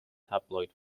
tabloid